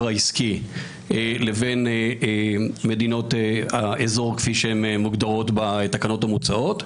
העסקי לבין מדינות האזור כפי שהם מוגדרות בתקנות המוצעות,